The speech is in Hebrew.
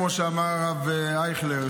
כמו שאמר הרב אייכלר,